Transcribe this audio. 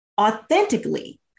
authentically